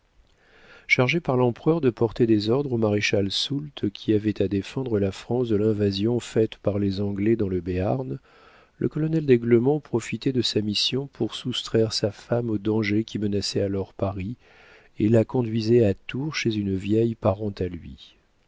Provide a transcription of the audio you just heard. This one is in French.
chargé par l'empereur de porter des ordres au maréchal soult qui avait à défendre la france de l'invasion faite par les anglais dans le béarn le colonel d'aiglemont profitait de sa mission pour soustraire sa femme aux dangers qui menaçaient alors paris et la conduisait à tours chez une vieille parente à lui